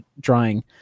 drawing